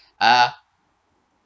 uh